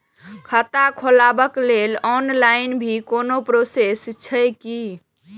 खाता खोलाबक लेल ऑनलाईन भी कोनो प्रोसेस छै की?